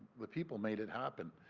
the people made it happen.